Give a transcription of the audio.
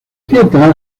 dieta